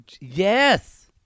Yes